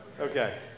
Okay